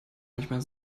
manchmal